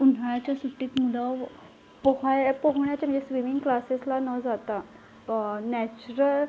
उन्हाळ्याच्या सुट्टीत मुलं पोहाय पोहण्याच्या म्हणजे स्विमिंग क्लासेसला न जाता नॅचरल